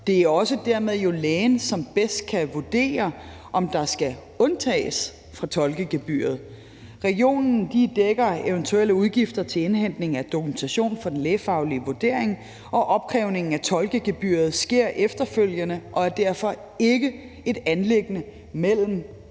Det er jo dermed også lægen, som bedst kan vurdere, om der skal undtages fra tolkegebyret. Regionen dækker eventuelle udgifter til indhentning af dokumentation for den lægefaglige vurdering, og opkrævningen af tolkegebyret sker efterfølgende og er derfor ikke et anliggende mellem